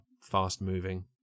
fast-moving